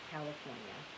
California